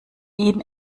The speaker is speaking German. ihn